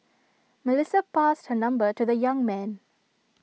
Melissa passed her number to the young man